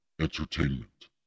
entertainment